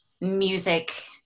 music